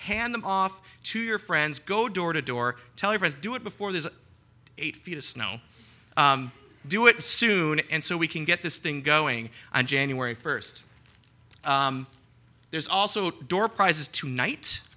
hand them off to your friends go door to door tell your friends do it before this eight feet of snow do it soon and so we can get this thing going on january first there's also door prizes tonight